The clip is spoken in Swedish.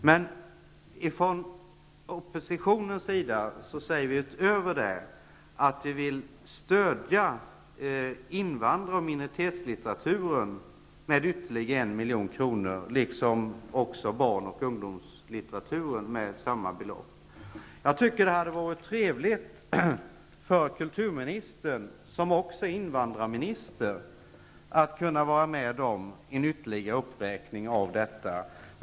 Men från oppositionen säger vi därutöver att vi vill stödja invandrar och minoritetslitteratur med ytterligare 1 milj.kr., liksom barn och ungdomslitteraturen med samma belopp. Det hade varit trevligt för kulturministern, som också är invandrarminister, att kunna vara med om en ytterligare uppräkning av detta.